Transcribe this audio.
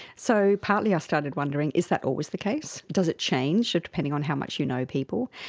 so partly i started wondering is that always the case, does it change depending on how much you know people?